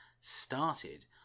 started